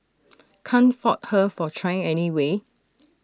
can't fault her for trying anyway